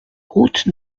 route